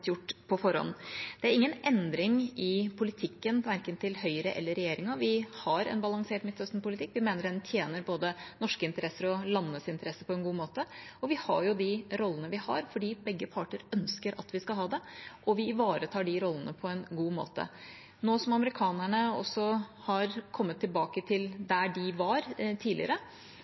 gjort på forhånd. Det er ingen endring i politikken verken til Høyre eller regjeringa. Vi har en balansert Midtøsten-politikk. Vi mener den tjener både norske interesser og landenes interesse på en god måte. Vi har jo de rollene vi har fordi begge parter ønsker at vi skal ha det, og vi ivaretar de rollene på en god måte. Nå som amerikanerne også har kommet tilbake til der de var tidligere,